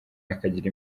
akagira